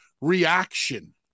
reaction